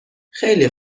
خیلی